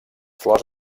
flors